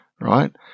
right